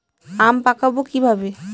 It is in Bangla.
আম পাকাবো কিভাবে?